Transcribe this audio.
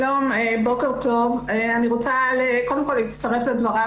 שלום, בוקר טוב, אני רוצה קודם כל להצטרף לדבריו